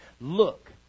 look